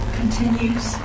continues